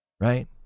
right